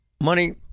Money